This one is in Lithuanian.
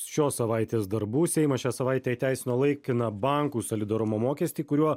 šios savaitės darbų seimas šią savaitę įteisino laikiną bankų solidarumo mokestį kuriuo